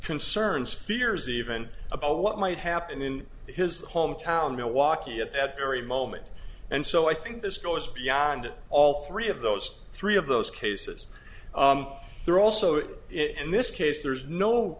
concerns fears even about what might happen in his hometown milwaukee at that very moment and so i think this goes beyond all three of those three of those cases there also in this case there's no